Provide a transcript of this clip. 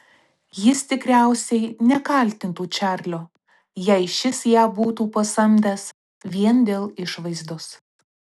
jis tikriausiai nekaltintų čarlio jei šis ją būtų pasamdęs vien dėl išvaizdos